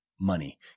Money